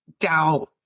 doubt